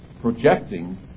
projecting